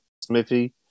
Smithy